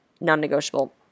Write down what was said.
non-negotiable